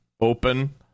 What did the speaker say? open